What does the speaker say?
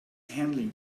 handling